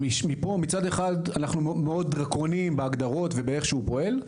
אז מצד אחד הוא מאוד דרקוני בהגדרות ובאיך שהוא פועל,